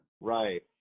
right